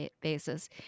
basis